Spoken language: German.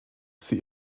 für